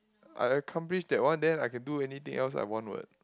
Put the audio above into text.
I accomplish that one then I can do anything else I want what